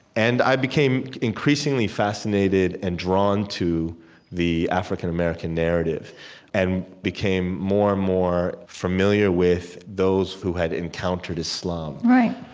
and i became increasingly fascinated and drawn to the african-american narrative and became more and more familiar with those who had encountered islam right,